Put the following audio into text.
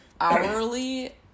hourly